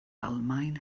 almaen